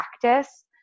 practice